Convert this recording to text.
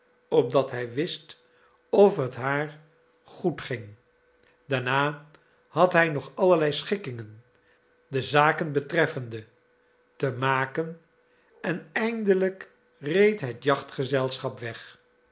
opdat hij wist of het haar goed ging daarna had hij nog allerlei schikkingen de zaken betreffende te maken en eindelijk reed het jachtgezelschap weg